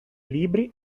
libri